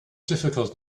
difficult